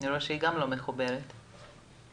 כשהייתי עורך דין